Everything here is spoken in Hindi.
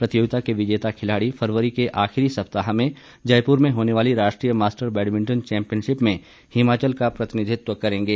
प्रतियोगिता के विजेता खिलाड़ी फरवरी के आखिरी सप्ताह में जयपुर में होने वाली राष्ट्रीय मास्टर बैडमिंटन चौंपियनशिप में हिमाचल का प्रतिनिधित्व करेंगे